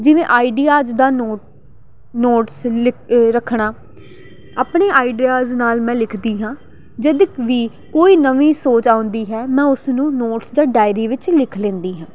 ਜਿਵੇਂ ਆਈਡੀਆ ਜਿੱਦਾਂ ਨੋ ਨੋਟਸ ਲਿ ਅ ਰੱਖਣਾ ਆਪਣੇ ਆਈਡੀਆਜ਼ ਨਾਲ ਮੈਂ ਲਿਖਦੀ ਹਾਂ ਜਦੋਂ ਵੀ ਕੋਈ ਨਵੀਂ ਸੋਚ ਆਉਂਦੀ ਹੈ ਮੈਂ ਉਸ ਨੂੰ ਨੋਟਸ ਜਾਂ ਡਾਇਰੀ ਵਿੱਚ ਲਿਖ ਲੈਂਦੀ ਹਾਂ